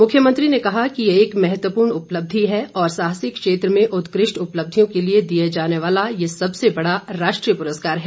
मुख्यमंत्री ने कहा कि ये एक महत्वपूर्ण उपलब्धि है और साहसिक क्षेत्र में उत्कृष्ट उपलब्धियों के लिए दिए जाने वाला ये सबसे बड़ा राष्ट्रीय पुरस्कार है